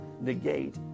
negate